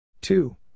Two